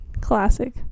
classic